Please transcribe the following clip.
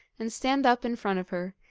and stand up in front of her,